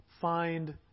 find